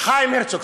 חיים הרצוג.